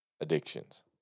addictions